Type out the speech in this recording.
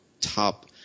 top –